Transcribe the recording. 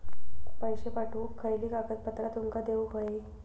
पैशे पाठवुक खयली कागदपत्रा तुमका देऊक व्हयी?